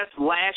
last